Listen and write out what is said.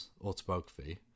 autobiography